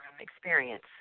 experience